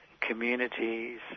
communities